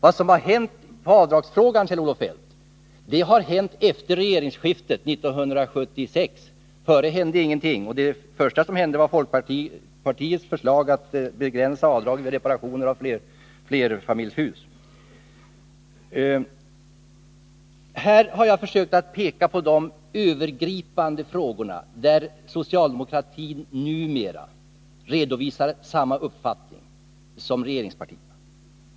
Vad som hänt när det gäller avdragsfrågan, Kjell-Olof Feldt, har hänt efter regeringsskiftet 1976. Dessförinnan hände ingenting. Först kom folkpartiets förslag att begränsa avdragen vid reparationer av flerfamiljshus. Jag har i den här debatten försökt att peka på de övergripande frågor, där socialdemokratin numera redovisar samma uppfattning som regeringspartierna.